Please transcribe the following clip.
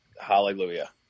Hallelujah